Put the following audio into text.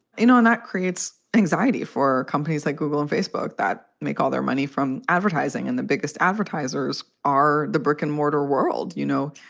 you know, and that creates anxiety for companies like google and facebook that make all their money from advertising. and the biggest advertisers are the brick and mortar world you know,